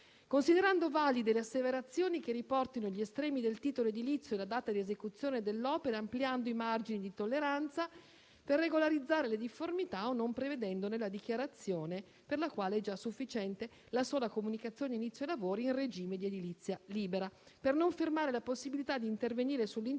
considerando valide le asseverazioni che riportino gli estremi del titolo edilizio e la data di esecuzione dell'opera; ampliando i margini di tolleranza per regolarizzare le difformità o non prevedendone la dichiarazione, per la quale è già sufficiente la sola comunicazione di inizio lavori in regime di edilizia libera, per non fermare la possibilità di intervenire su condominio.